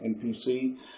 NPC